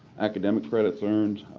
academic credits earned,